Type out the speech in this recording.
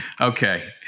Okay